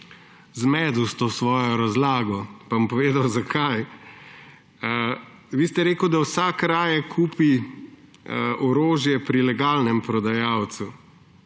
zmedli s to svojo razlago, pa bom povedal, zakaj. Vi ste rekli, da vsak raje kupi orožje pri legalnem prodajalcu.